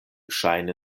ŝajne